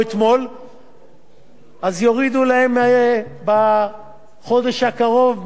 יורידו להם בחודש הקרוב מההבראה את המקדמות שהם קיבלו.